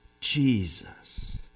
Jesus